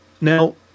Now